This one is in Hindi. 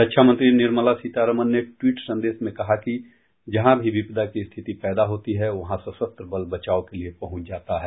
रक्षामंत्री निर्मला सीतारामन ने ट्वीट संदेश में कहा कि जहां भी विपदा की स्थिति पैदा होती है वहां सशस्त्र बल बचाव के लिए पहुंच जाता है